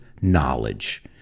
knowledge